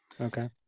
Okay